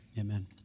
amen